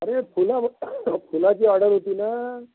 अरे तुला फुलांची ऑर्डर होती ना